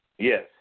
Yes